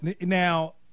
now